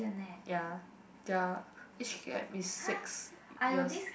ya their age gap is six years